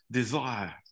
desire